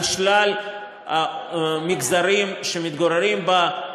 על שלל המגזרים שמתגוררים בה,